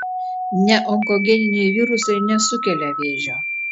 neonkogeniniai virusai nesukelia vėžio